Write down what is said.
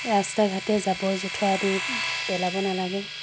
ৰাস্তাই ঘাটে জাবৰ জোঁথৰ আদি পেলাব নালাগে